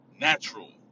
natural